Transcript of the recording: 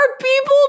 people